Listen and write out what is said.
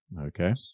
Okay